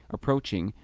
approaching,